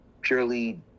purely